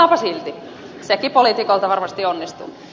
sekin poliitikolta varmasti onnistuu